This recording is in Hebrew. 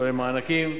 כולל מענקים.